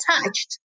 attached